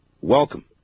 Welcome